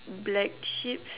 black sheeps